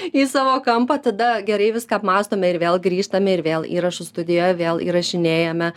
į savo kampą tada gerai viską apmąstome ir vėl grįžtame ir vėl įrašų studijoje vėl įrašinėjame